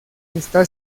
está